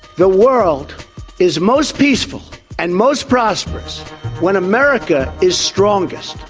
the world is most peaceful and most prosperous when america is strongest.